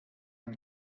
ein